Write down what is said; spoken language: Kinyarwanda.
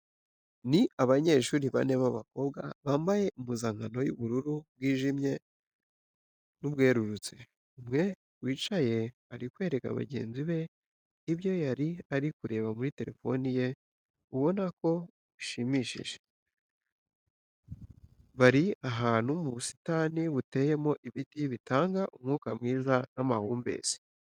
Ni abanyeshuri bane b'abakobwa bambaye impuzankano y'ubururu bwijimye n'ubwerurutse. Umwe wicaye ari kwereka bagenzi be ibyo yari ari kureba muri telefone ye ubona ko bishimishije. Bari ahantu mu busitani buteyemo ibiti bitanga umwuka mwiza n'amahumbezi.